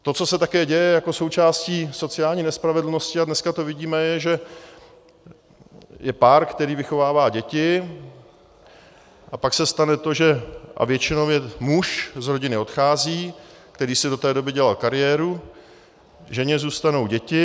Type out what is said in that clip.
To, co se také děje jako součást sociální nespravedlnosti, a dneska to vidíme, je, že je pár, který vychovává děti, a pak se stane to, že většinou muž z rodiny odchází, který si do té doby dělal kariéru, ženě zůstanou děti.